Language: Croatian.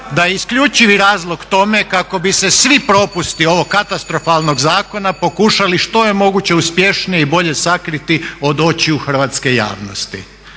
da je isključivi razlog tome kako bi se svi propusti ovog katastrofalnog zakona pokušali što je moguće uspješnije i bolje sakriti od očiju hrvatske javnosti.